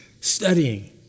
studying